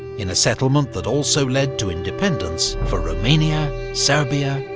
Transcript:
in a settlement that also led to independence for romania, serbia,